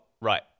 right